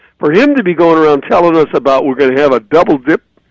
for him to be going around telling us about we're gonna have a doube-dip.